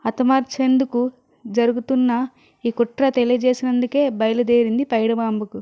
హతమార్చేందుకు జరుగుతున్న ఈ కుట్ర తెలియజేసినందుకే బయలుదేరింది పైడుమాంబకు